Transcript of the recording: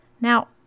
Now